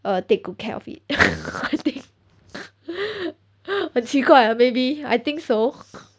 err take good care of it I think 很奇怪 err maybe I think so